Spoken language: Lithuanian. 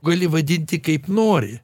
gali vadinti kaip nori